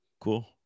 Cool